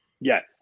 Yes